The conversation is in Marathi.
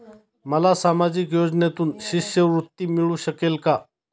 मला सामाजिक योजनेतून शिष्यवृत्ती मिळू शकेल का?